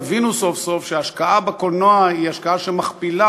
יבינו סוף-סוף שהשקעה בקולנוע היא השקעה שמכפילה